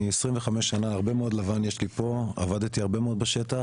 אני 25 שנה הרבה מאוד לבן יש לי פה עבדתי הרבה מאוד בשטח.